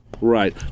Right